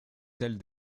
telles